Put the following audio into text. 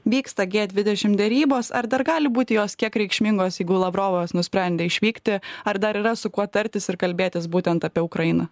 vyksta gie dvidešim derybos ar dar gali būti jos kiek reikšmingos jeigu lavrovas nusprendė išvykti ar dar yra su kuo tartis ir kalbėtis būtent apie ukrainą